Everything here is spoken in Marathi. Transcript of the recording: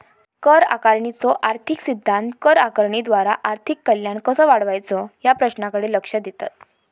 कर आकारणीचो आर्थिक सिद्धांत कर आकारणीद्वारा आर्थिक कल्याण कसो वाढवायचो या प्रश्नाकडे लक्ष देतत